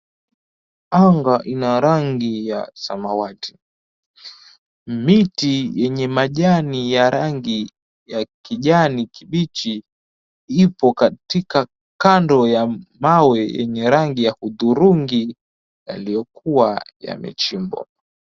Anga ina rangi ya samawati. Miti yenye majani ya rangi ya kijani kibichi ipo katika kando ya mawe yenye rangi ya hudhurungi yaliyokuwa yamechimbwa.